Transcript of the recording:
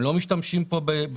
הם לא משתמשים פה בתשתיות,